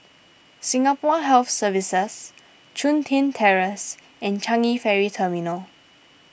Singapore Health Services Chun Tin Terrace and Changi Ferry Terminal